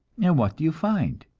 and what do you find?